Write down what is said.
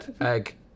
Egg